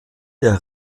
der